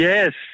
Yes